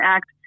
Act